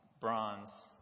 bronze